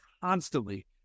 constantly